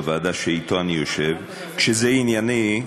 בוועדה שאני יושב אתו: כשזה ענייני,